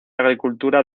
agricultura